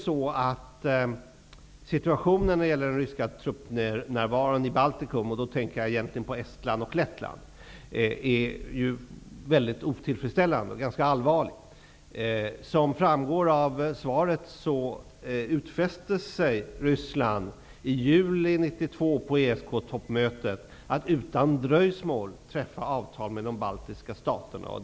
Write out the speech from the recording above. Situationen när det gäller den ryska truppnärvaron i Baltikum -- jag avser Estland och Lettland -- är mycket otillfredsställande och ganska allvarlig. Som framgår av svaret, utfäste sig Ryssland i juli 1992 på ESK-toppmötet att utan dröjsmål träffa avtal med de baltiska staterna.